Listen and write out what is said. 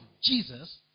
Jesus